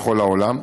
בכל העולם: